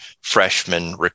freshman